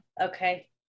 okay